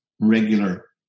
regular